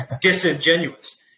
disingenuous